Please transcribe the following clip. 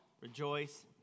rejoice